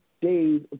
days